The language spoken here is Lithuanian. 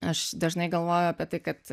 aš dažnai galvoju apie tai kad